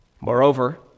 Moreover